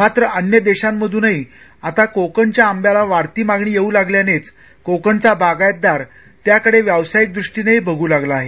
मात्र अन्य देशांमधूनही आता कोकणच्या आंब्याला मागणी येऊ लागल्यानेच कोकणचा बागायतदार त्याकडे व्यावसायिक दृष्टीनेही बघ् लागला आहे